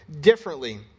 differently